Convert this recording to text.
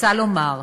רוצה לומר: